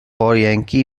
yankee